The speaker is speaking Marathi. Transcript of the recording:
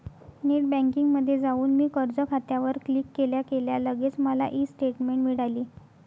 नेट बँकिंगमध्ये जाऊन मी कर्ज खात्यावर क्लिक केल्या केल्या लगेच मला ई स्टेटमेंट मिळाली